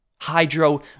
Hydro